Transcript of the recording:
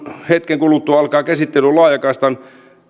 hetken kuluttua alkaa käsittely laajakaistan